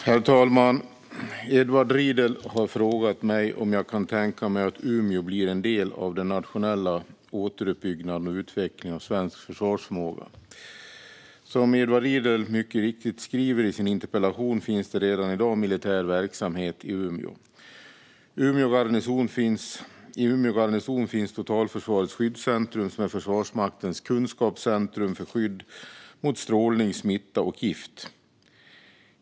Herr talman! Edward Riedl har frågat mig om jag kan tänka mig att Umeå blir en del av den nationella återuppbyggnaden och utvecklingen av svensk försvarsförmåga. Som Edward Riedl mycket riktigt skriver i sin interpellation finns det redan i dag militär verksamhet i Umeå. I Umeå garnison finns Totalförsvarets skyddscentrum, som är Försvarsmaktens kunskapscentrum för skydd mot strålning, smitta och gift.